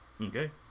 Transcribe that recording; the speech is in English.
Okay